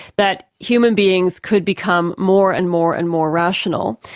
that human beings could become more and more and more rational,